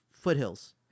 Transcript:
foothills